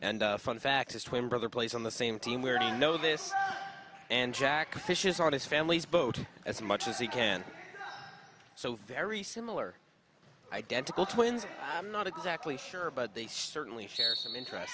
and fun fact his twin brother plays on the same team where do you know this and jack fish is on his family's boat as much as he can so very similar identical twins i'm not exactly sure but they certainly share some interest